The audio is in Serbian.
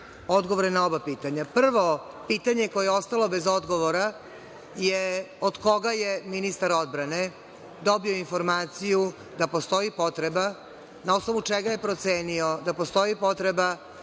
odgovore. Prvo pitanje koje je ostalo bez odgovora je – od koga je ministar odbrane dobio informaciju da postoji potreba, na osnovu čega je procenio da postoji potreba